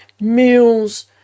meals